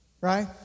right